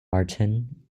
martin